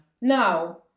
now